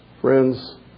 Friends